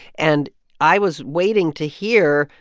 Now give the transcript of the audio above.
and i was waiting to hear,